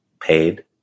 paid